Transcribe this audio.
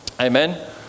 Amen